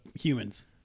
humans